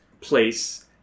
place